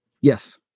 Yes